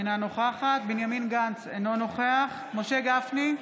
אינה נוכחת בנימין גנץ, אינו נוכח משה גפני,